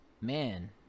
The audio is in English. man